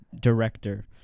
director